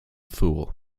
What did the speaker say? fool